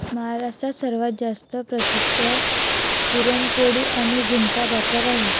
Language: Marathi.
महाराष्ट्रात सर्वात जास्त प्रसिद्ध पुरणपोळी आणि झुणका भाकर आहे